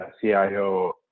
CIO